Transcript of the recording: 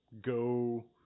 go